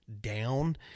down